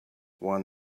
one